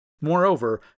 Moreover